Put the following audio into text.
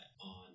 on